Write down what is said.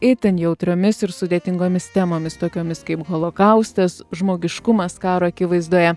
itin jautriomis ir sudėtingomis temomis tokiomis kaip holokaustas žmogiškumas karo akivaizdoje